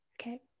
Okay